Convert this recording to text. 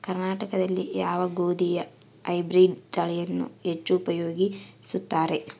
ಕರ್ನಾಟಕದಲ್ಲಿ ಯಾವ ಗೋಧಿಯ ಹೈಬ್ರಿಡ್ ತಳಿಯನ್ನು ಹೆಚ್ಚು ಉಪಯೋಗಿಸುತ್ತಾರೆ?